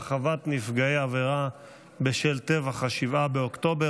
הרחבת נפגעי עבירה בשל טבח ה-7 באוקטובר),